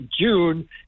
June